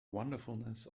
wonderfulness